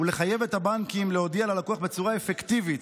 לחייב את הבנקים להודיע ללקוח בצורה אפקטיבית